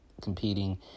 competing